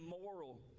immoral